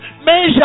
measure